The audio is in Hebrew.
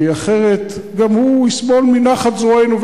כי אחרת גם הוא יסבול מנחת זרוענו,